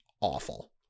awful